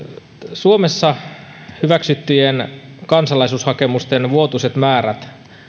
suomessa hyväksyttyjen kansalaisuushakemusten vuotuiset määrät